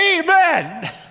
Amen